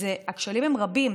הכשלים הם רבים,